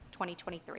2023